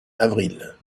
avril